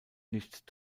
nicht